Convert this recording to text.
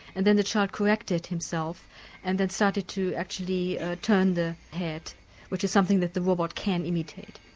and then the child corrected himself and then started to actually turn the head which is something that the robot can imitate.